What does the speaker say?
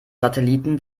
satelliten